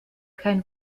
kein